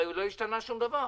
הרי לא השתנה שום דבר.